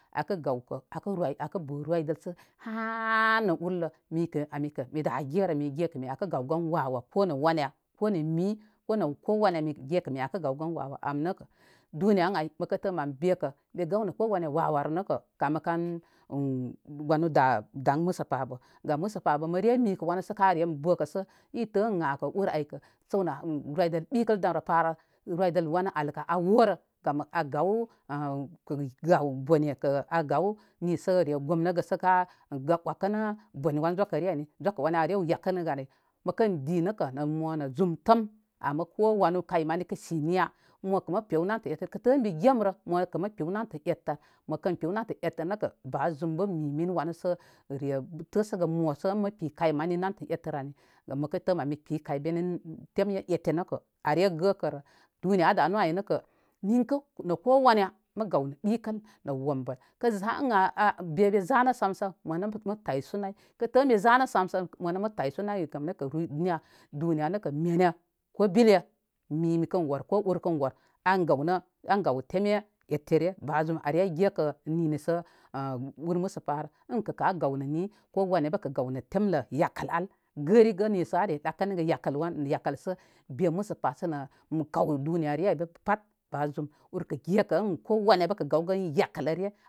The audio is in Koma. Akə gawkə akə roy akə bə roydəl sə ha nə ullə mikə ani kə mada gerə. Mige kə min akə gawgan wa' wa' ko nə wanə ko nə mi ko nə kowane mige kə min akə gaw gan wa' wa'. Am nəkə duniya nən ay məkə tə mən be'kə be gaw nə ko wanə wa' wa'rə nəkə kamə kam wann daŋ məsə pa a bə. Gam məsə pa abə məre mikə wanə sə ka rem bəkə sə itə in əh ur ay kə səwnə roydəl ɓikəl damrə pa rə. Roydəl wanu al kə a worə. Gam a gaw kuri yaw bone kə a gaw nisə re gomnəgə sataurn ka wakənə bone wan zokəre ani. Zokə wani a rew ya kənəgə ani. Məkən dii nəkə nəm zum təm ama ko wanu kay mani kə sim niya mokə mə pew namtə ettər. kə tə' in mi gemərə mokə mə kpəw nantə etter mə kən kpəw nəntə ettər nəkə ba zum bə mi min wanə sə re təsəgə mo sə ən mə kpə kay mani namtə ettər ani. Gam məkə tə mən mi kpə kay beni teme tetə nəkə a re gəkərə. Duniya a danu ay nəkə ninkə nə kowanə mə gaw nə ɓikən nə wombəl, kə za ə əh be be zənə samsən monə mə taysu nay kə tə ən be zanə samsən monə mə taysu nay niyge duniya nəkə menə ko bilə mi mikən wər ko ur kə wər an gaw nə an gaw teme ettəre ba zum are gekə ninisə ur məsə pa rə ən kə a gaw nə ni kowanəbə kə gaw nə temlə yakəl al gəri gə nisataurn a re ɗakə nəgə yakəl wan yakəl sə be misə pa sə nə mu kaw duniya rəre bə pat ge kə ən ko wana be kə gaw gan yakələre.